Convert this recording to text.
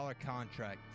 contract